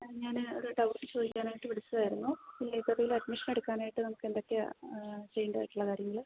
ആ ഞാൻ ഒരു ഡൗട്ട് ചോദിക്കാനായിട്ട് വിളിച്ചതായിരുന്നു ലൈബ്രറീയിൽ അഡ്മിഷൻ എടുക്കാനായിട്ട് നമുക്ക് എന്തെക്കെയാണ് ചെയ്യേണ്ടതായിട്ടുള്ള കാര്യങ്ങൾ